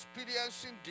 experiencing